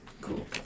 Cool